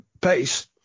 pace